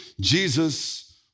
Jesus